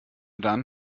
dann